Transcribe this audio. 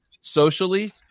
socially